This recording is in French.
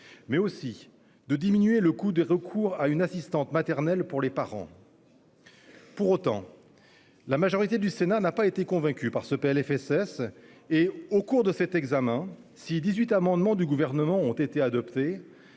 mais aussi de diminuer le coût du recours à une assistante maternelle pour les parents. Pour autant, la majorité du Sénat n'a pas été convaincue par ce PLFSS. Si 18 amendements du Gouvernement ont été adoptés